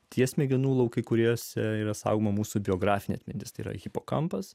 tie smegenų laukai kuriuose yra saugoma mūsų biografinė atmintis tai yra hipokampas